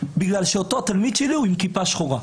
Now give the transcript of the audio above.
בגלל שאותו תלמיד שלי הוא עם כיפה שחורה.